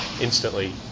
instantly